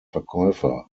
verkäufer